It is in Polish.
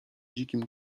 dzikim